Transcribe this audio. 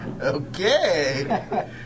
Okay